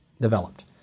developed